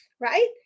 right